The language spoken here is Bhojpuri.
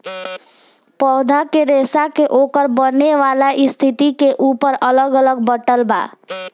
पौधा के रेसा के ओकर बनेवाला स्थिति के ऊपर अलग अलग बाटल बा